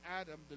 Adam